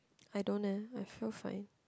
I don't leh I feel fine